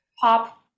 pop